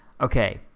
Okay